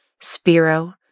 Spiro